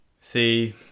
see